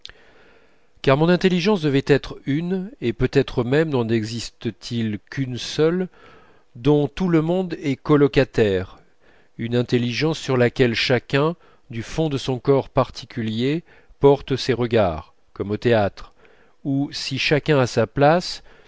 car mon intelligence devait être une et peut-être même n'en existe-t-il qu'une seule dont tout le monde est co locataire une intelligence sur laquelle chacun du fond de son corps particulier porte ses regards comme au théâtre où si chacun a sa place